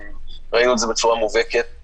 ראינו את זה בצורה מובהקת.